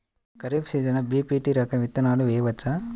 ఖరీఫ్ సీజన్లో బి.పీ.టీ రకం విత్తనాలు వేయవచ్చా?